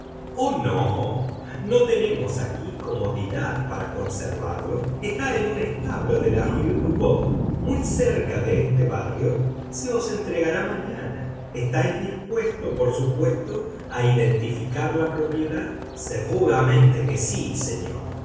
oh no no tenemos aquí comodidad para conservarlo está en un establo de la rue dubourg muy cerca de este barrio se os entregará mañana estáis dispuesto por supuesto a identificar la propiedad seguramente que sí señor